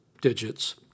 digits